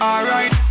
Alright